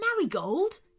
Marigold